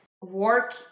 work